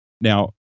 Now